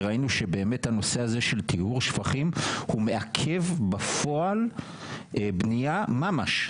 וראינו שבאמת הנושא הזה של טיהור שפכים הוא מעכב בפועל בנייה ממש.